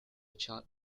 child